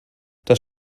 das